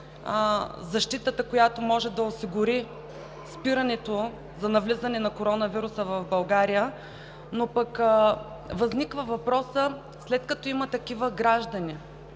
защитата, която може да осигури спирането за навлизането на коронавируса в България, но възниква въпросът: след като има такива граждани,